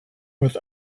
with